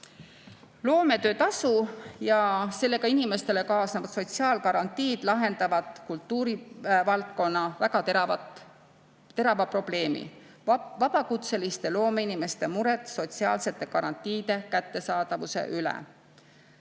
Loometöötasu ja sellega inimestele kaasnevad sotsiaalgarantiid lahendavad kultuurivaldkonna väga terava probleemi: vabakutseliste loomeinimeste mure sotsiaalsete garantiide kättesaadavuse üle.